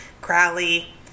Crowley